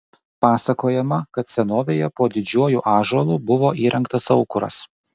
pasakojama kad senovėje po didžiuoju ąžuolu buvo įrengtas aukuras